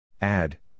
Add